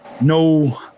no